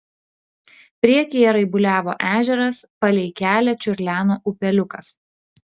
priekyje raibuliavo ežeras palei kelią čiurleno upeliukas